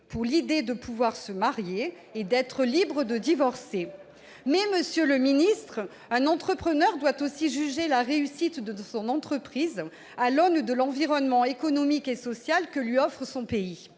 pour l'idée de pouvoir se marier et d'être libre de divorcer ». Mais, monsieur le ministre, un entrepreneur doit aussi juger la réussite de son entreprise à l'aune de l'environnement économique et social que lui offre son pays.